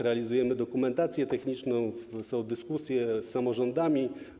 Realizujemy dokumentację techniczną, są dyskusje z samorządami.